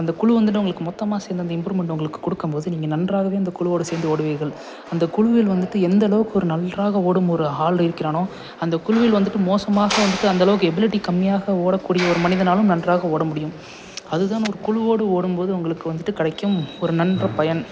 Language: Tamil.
அந்த குழு வந்துட்டு உங்களுக்கு மொத்தமாக சேர்ந்து அந்த இம்ப்ரூவ்மெண்டை உங்களுக்கு கொடுக்கம் போது நீங்கள் நன்றாக அந்த குழுவோடு சேர்ந்து ஓடுவீர்கள் அந்த குழுவில் வந்துட்டு எந்த அளவுக்கு ஒரு நன்றாக ஓடும் ஒரு ஆள் இருக்கிறானோ அந்த குழுவில் வந்துட்டு மோசமாக வந்துட்டு அந்த அளவுக்கு எபிலிட்டி கம்மியாக ஓடக்கூடிய ஒரு மனிதனாலும் நன்றாக ஓட முடியும் அது தான் ஒரு குழுவோடு ஓடும் போது உங்களுக்கு வந்துட்டு கிடைக்கும் ஒரு நல்ல பயன்